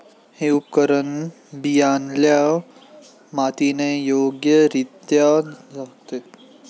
हे उपकरण बियाण्याला मातीने योग्यरित्या झाकते